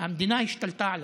המדינה השתלטה עליו.